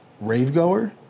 rave-goer